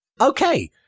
Okay